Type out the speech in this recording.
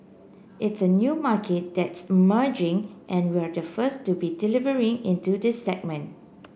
it's a new market that's merging and we're the first to be delivering into the segment